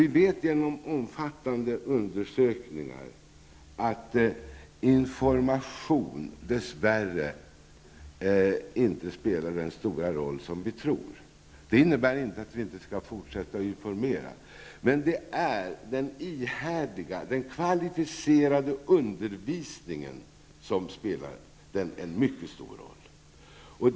Efter omfattande undersökningar vet vi att information dess värre inte spelar den stora roll som vi tror. Detta innebär inte att vi inte skall fortsätta att informera. Men det är den ihärdiga och kvalificerade undervisningen som spelar en mycket stor roll.